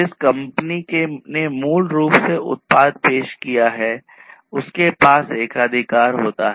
जिस कंपनी ने मूल रूप से उत्पाद पेश किया है उसके पास एकाधिकार होता है